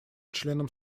членам